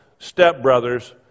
stepbrothers